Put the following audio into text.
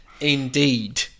Indeed